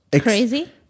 crazy